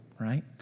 right